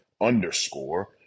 underscore